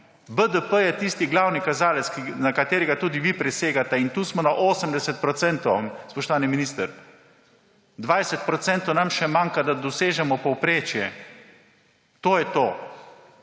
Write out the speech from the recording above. BDP je tisti glavni kazalec, na katerega tudi vi prisegate. In tu smo na 80 %, spoštovani minister. 20 % nam še manjka, da dosežemo povprečje. To je to.